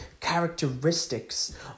characteristics